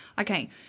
Okay